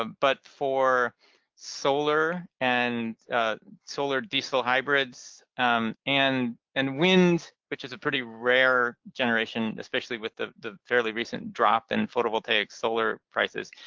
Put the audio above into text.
ah but for solar and solar diesel hybrids and and wind, which is a pretty rare generation, especially with the the fairly recent drop in photovoltaic solar prices,